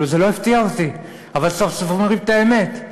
זה לא הפתיע אותי, אבל סוף-סוף אומרים את האמת.